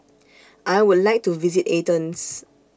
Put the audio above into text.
I Would like to visit Athens